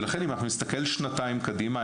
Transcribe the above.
ולכן אם אנחנו נסתכל שנתיים קדימה,